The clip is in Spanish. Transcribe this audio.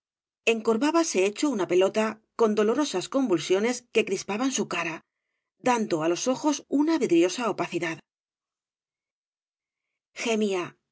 abrirse el vientre encorvábase hecho una pelota con dolorosas convulsiones que crispaban su cara dando á los ojos una vidriosa opacidad gemía y